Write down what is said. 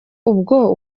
ubwo